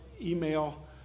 email